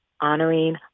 honoring